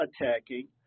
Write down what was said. attacking